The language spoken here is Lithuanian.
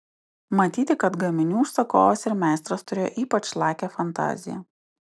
matyti kad gaminių užsakovas ir meistras turėjo ypač lakią fantaziją